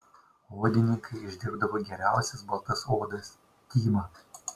odininkai išdirbdavo geriausias baltas odas tymą